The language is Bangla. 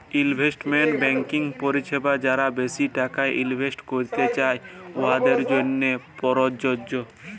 ইলভেস্টমেল্ট ব্যাংকিং পরিছেবা যারা বেশি টাকা ইলভেস্ট ক্যইরতে চায়, উয়াদের জ্যনহে পরযজ্য